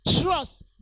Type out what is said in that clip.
trust